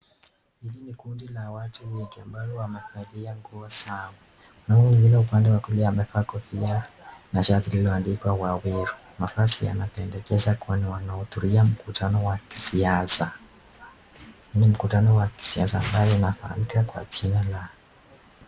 Hili ni kundi la watu ambao wamevalia nguo sawa. Kunao wengine upande wa kulia amevaa kofia na shati lililoandikwa Waweru. Mavazi yanapendekeza kwani wanahudhuria mkutano wa kisiasa. Ni mkutano wa kisiasa ambao unafahamika kwa jina la